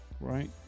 right